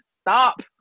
Stop